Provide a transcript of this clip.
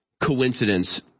coincidence